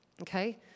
Okay